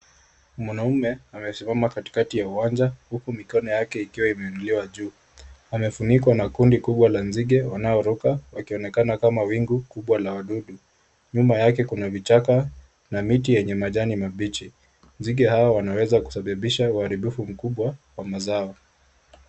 Mwanaume amesimama katikati ya uwanja huku mikono yake ikiwa imeinuliwa juu. Wamefunikwa na kundi kubwa la nzige wanaoruka wakionekana kama wingu kubwa la wadudu. Nyuma yake kuna kichaka na miti yenye majani mabichi. Nzige hawa wanaweza kusababisha uharibifu mkubwa wa mazao.